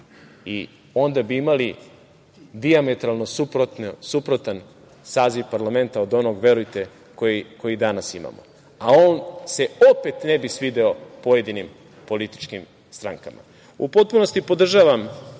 i onda bi imali dijametralno suprotan saziv parlamenta od onog, verujte koji danas imamo, a on se opet ne bi svideo pojedinim političkim strankama.U potpunosti podržavam